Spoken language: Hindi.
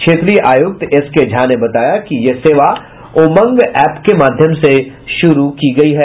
क्षेत्रीय आयुक्त एस के झा ने बताया कि यह सेवा उमंग एप के माध्यम से शुरू की गयी है